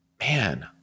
Man